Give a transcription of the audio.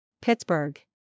Pittsburgh